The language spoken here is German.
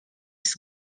ist